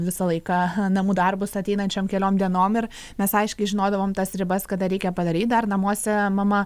visą laiką namų darbus ateinančiom keliom dienom ir mes aiškiai žinodavom tas ribas kada reikia padaryt dar namuose mama